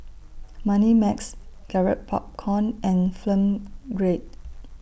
Moneymax Garrett Popcorn and Film Grade